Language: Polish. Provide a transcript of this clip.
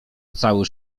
cały